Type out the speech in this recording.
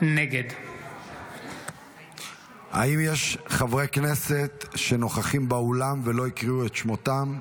נגד האם יש חברי כנסת שנוכחים באולם ולא קראו בשמם?